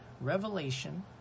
Revelation